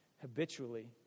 habitually